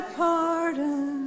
pardon